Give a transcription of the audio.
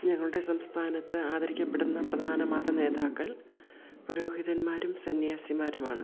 ഞങ്ങളുടെ സംസ്ഥാനത്ത് ആദരിക്കപ്പെടുന്ന പ്രധാന മത നേതാക്കൾ പുരോഹിതന്മാരും സന്യാസിമാരുമാണ്